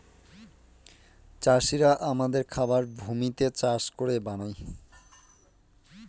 চাষিরা আমাদের খাবার ভূমিতে চাষ করে বানায়